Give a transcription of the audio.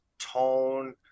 tone